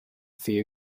few